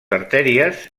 artèries